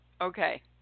Okay